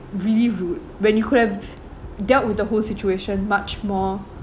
really rude when you could have dealt with the whole situation much more